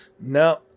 no